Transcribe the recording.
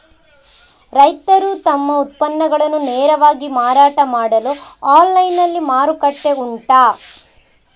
ರೈತರು ತಮ್ಮ ಉತ್ಪನ್ನಗಳನ್ನು ನೇರವಾಗಿ ಮಾರಾಟ ಮಾಡಲು ಆನ್ಲೈನ್ ನಲ್ಲಿ ಮಾರುಕಟ್ಟೆ ಉಂಟಾ?